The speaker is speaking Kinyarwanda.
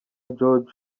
george